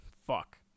fuck